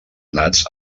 nats